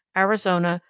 arizona,